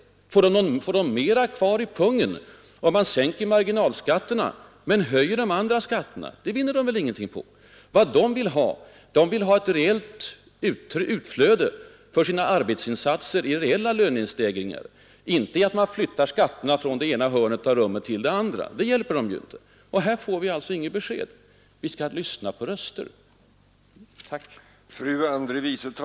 Får de mera kvar i penningpungen om man sänker marginalskatterna men höjer de andra skatterna? Det vinner vi väl ingenting på. Vad löntagarna vill ha är ett utflöde för sina arbetsinsatser i form av reella lönestegringar, inte i form av att man flyttar skatterna från det ena hörnet av rummet till det andra. Det hjälper dem ju inte. Här får vi alltså inget besked. Vi skall ”lyssna på röster” — tack!